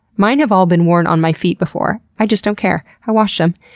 mine have all been worn on my feet before, i just don't care. i washed them.